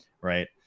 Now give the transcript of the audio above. Right